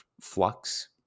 flux